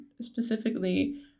specifically